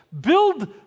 build